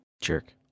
Jerk